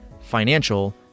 financial